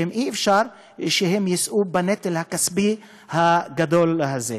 שאי-אפשר שהם יישאו בנטל הכספי הגדול הזה.